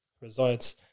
resides